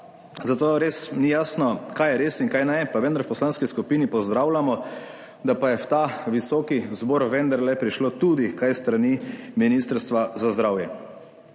zato res ni jasno, kaj je res in kaj ne, pa vendar v poslanski skupini pozdravljamo, da pa je v ta visoki zbor vendarle prišlo tudi kaj s strani Ministrstva za zdravje.